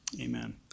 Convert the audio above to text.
Amen